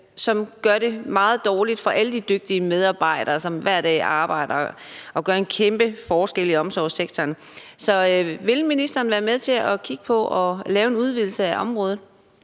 som gør det meget dårligt for alle de dygtige medarbejdere, som hver dag arbejder og gør en kæmpe forskel i omsorgssektoren. Vil ministeren være med til at kigge på at lave en udvidelse af området?